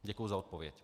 Děkuji za odpověď.